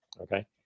Okay